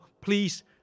please